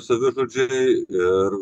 savižudžiai ir